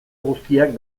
guztiak